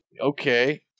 okay